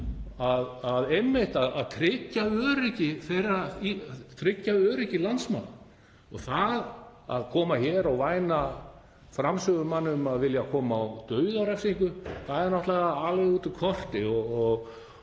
Píratar, að tryggja öryggi landsmanna. Að koma hér og væna framsögumann um að vilja koma á dauðarefsingu er náttúrlega alveg út úr korti.